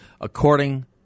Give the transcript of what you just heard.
According